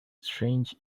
strange